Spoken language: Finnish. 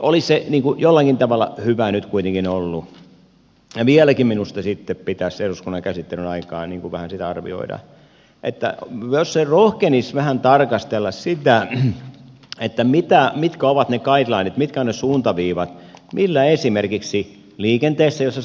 olisi se jollakin tavalla hyvä nyt kuitenkin ollut arvioida ja vieläkin minusta pitäisi eduskunnan käsittelyn aikana vähän arvioida rohjeta tarkastella sitä mitkä ovat ne guidelinet mitkä ovat ne suuntaviivat millä toimenpiteillä esimerkiksi liikenteessä sanoin äsken